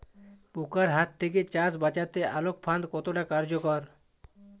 পোকার হাত থেকে চাষ বাচাতে আলোক ফাঁদ কতটা কার্যকর?